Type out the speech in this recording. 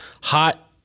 Hot